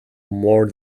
more